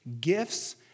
gifts